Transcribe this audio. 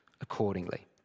accordingly